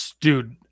dude